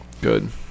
Good